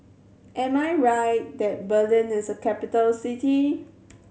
am I right that Berlin is a capital city